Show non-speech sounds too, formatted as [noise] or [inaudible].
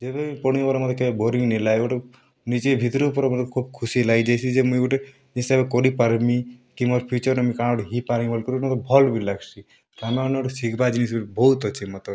ଯେବେବି ପଢ଼୍ମି [unintelligible] ମତେ କେଭେ ବୋରିଂ ନାଇଁ ଲାଗେ ଗୁଟେ ନିଜେ ଭିତ୍ରୁ ପୁରା ମାନେ ଖୋବ୍ ଖୁସି ଲାଗିଯାଏସି ଯେ ମୁଇଁ ଗୁଟେ ହିସାବେ କରିପାର୍ମି କି ମୋର୍ ଫ୍ୟୁଚର୍ରେ ମୁଇଁ କା'ଣା ଗୁଟେ ହେଇପାର୍ମି ବୋଲିକରି ଗୁଟେ ମତେ ଭଲ୍ ବି ଲାଗ୍ସି ରାମାୟଣନେ ଗୁଟେ ଶିଖ୍ବାର୍ ଜିନିଷ୍ ବହୁତ୍ ଅଛେ ମାତର୍